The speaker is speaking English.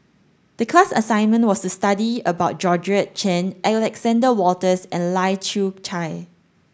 the class assignment was study about Georgette Chen Alexander Wolters and Lai Kew Chai